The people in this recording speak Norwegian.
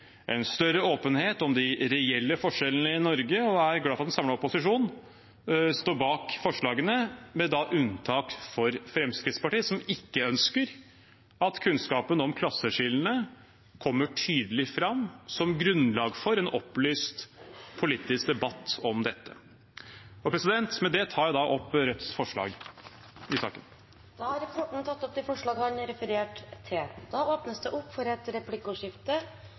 en større åpenhet om de reelle forskjellene i Norge. Jeg er glad for at en samlet opposisjon står bak forslagene – med unntak av Fremskrittspartiet, som ikke ønsker at kunnskapen om klasseskillene kommer tydelig fram som grunnlag for en opplyst politisk debatt om dette. Med det tar jeg opp Rødts forslag i saken. Representanten Bjørnar Moxnes har tatt opp de forslagene han refererte til.